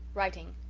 writing.